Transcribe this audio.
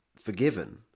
forgiven